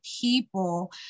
people